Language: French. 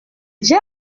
j’ai